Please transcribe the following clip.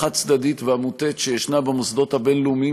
החד-צדדית והמוטה שישנה במוסדות הבין-לאומיים